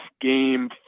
game